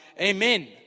amen